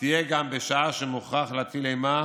תהיה גם בשעה שמוכרח להטיל אימה